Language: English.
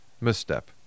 misstep